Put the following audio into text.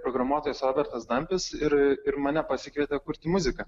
programuotojas robertas dampis dantis ir ir mane pasikvietė kurti muziką